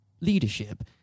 leadership